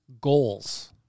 goals